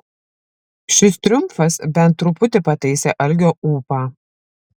šis triumfas bent truputį pataisė algio ūpą